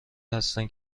هستند